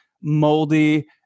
moldy